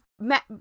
met